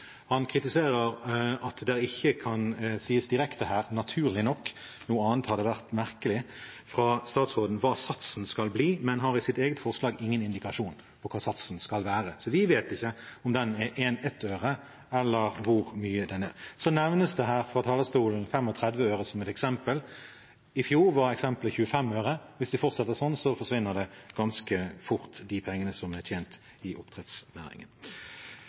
Han kritiserer at det ikke kan sies direkte her – naturlig nok, noe annet hadde vært merkelig – fra statsrådens side hva satsen skal bli, men har i sitt eget forslag ingen indikasjon på hva satsen skal være. Så vi vet ikke om den er på ett øre eller hvor mye den er. Det nevnes her fra talerstolen 35 øre som et eksempel. I fjor var eksempelet 25 øre. Hvis vi fortsetter sånn, forsvinner de pengene som er tjent i oppdrettsnæringen,